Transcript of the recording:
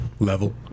Level